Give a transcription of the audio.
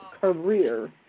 career